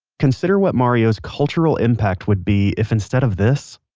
consider what mario's cultural impact would be if instead of this,